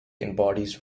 embodies